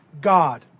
God